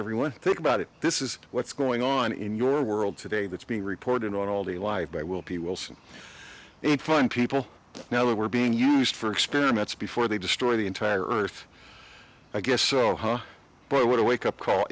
everyone think about it this is what's going on in your world today that's being reported on all the live by will be wilson and fine people now that were being used for experiments before they destroyed the entire earth i guess so but what a wake up call